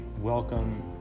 welcome